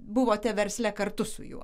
buvote versle kartu su juo